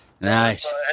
Nice